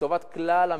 לטובת כלל המגזרים.